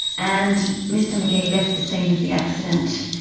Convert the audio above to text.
and mr mcgee left the scene of the accident.